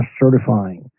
certifying